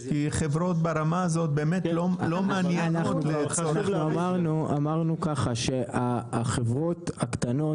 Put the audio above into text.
כי חברות ברמה הזאת- -- אמרנו שהחברות הקטנות